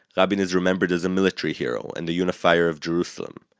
rabin is remembered as a military hero and the unifier of jerusalem.